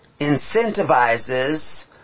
incentivizes